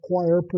acquire